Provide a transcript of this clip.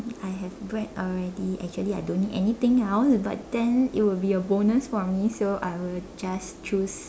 I have bread already actually I don't need anything else but then it would be a bonus for me so I will just choose